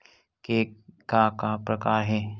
के का का प्रकार हे?